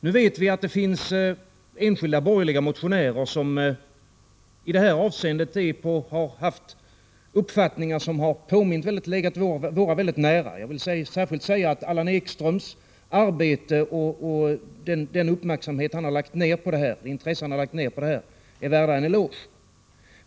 Nu vet vi att det finns enskilda borgerliga motionärer som i det här avseendet haft uppfattningar som legat våra mycket nära. Jag vill särskilt framhålla att Allan Ekströms arbete och det intresse han har lagt ned på det här är värt en eloge.